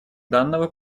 данного